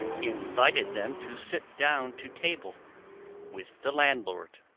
invited them to sit down to table with the landlord.